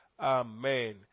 Amen